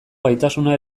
gaitasuna